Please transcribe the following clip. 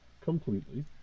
completely